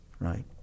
right